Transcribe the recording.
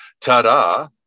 ta-da